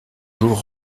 jour